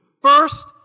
first